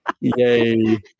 Yay